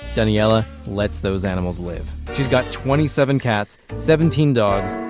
daniella, lets those animals live. she's got twenty seven cats, seventeen dogs,